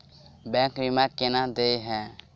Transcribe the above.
Bank बीमा केना देय है?